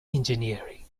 engineering